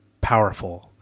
powerful